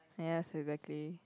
yes exactly